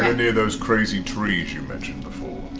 any of those crazy trees you mentioned before?